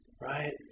Right